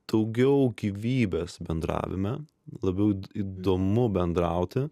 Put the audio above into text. daugiau gyvybės bendravime labiau įdomu bendrauti